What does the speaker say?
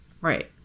right